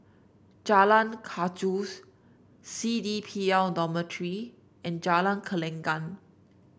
Jalan Gajus C D P L Dormitory and Jalan Gelenggang